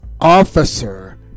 officer